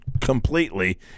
completely